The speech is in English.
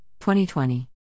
2020